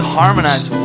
harmonize